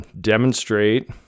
demonstrate